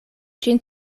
ĝin